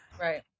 right